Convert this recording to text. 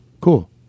Cool